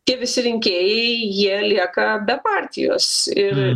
tie visi rinkėjai jie lieka be partijos ir